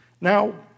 Now